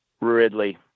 Ridley